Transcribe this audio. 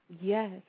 Yes